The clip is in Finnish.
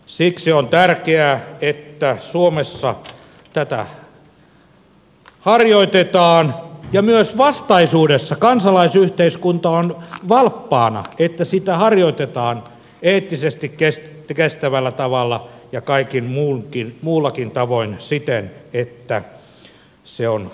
siksi on tärkeää että suomessa tätä harjoitetaan ja myös vastaisuudessa kansalaisyhteiskunta on valppaana että sitä harjoitetaan eettisesti kestävällä tavalla ja kaikella muullakin tavoin siten että se on arvostettavaa